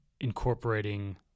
incorporating